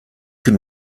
can